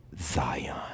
Zion